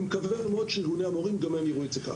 אני מקווה מאוד שגם ארגוני המורים יראו זאת כך.